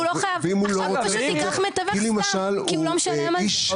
והוא לא ייקח מתווך סתם אם הוא לא משלם על זה.